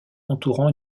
entourant